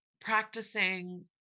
practicing